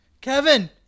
Kevin